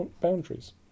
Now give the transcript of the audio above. boundaries